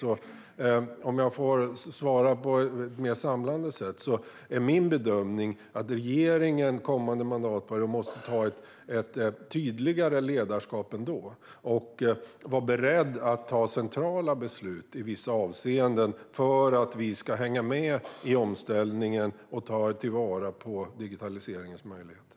Om jag får svara på ett mer samlat sätt är min bedömning att regeringen under kommande mandatperioder måste ta ett tydligare ledarskap och vara beredd att fatta centrala beslut i vissa avseenden för att vi ska hänga med i omställningen och ta till vara digitaliseringens möjligheter.